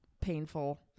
painful